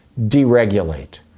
deregulate